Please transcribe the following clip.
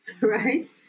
right